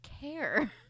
care